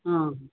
ହଁ